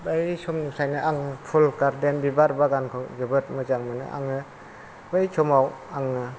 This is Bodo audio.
बै समनिफ्रायनो आङो फुल गार्देन बिबार बागानखौ जोबोद मोजां मोनो आङो बै समाव आङो